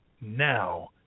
now